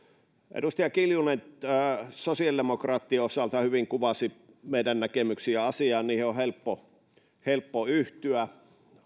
edustaja kiljunen sosiaalidemokraattien osalta hyvin kuvasi meidän näkemyksiämme asiaan niihin on helppo helppo yhtyä